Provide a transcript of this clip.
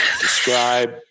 describe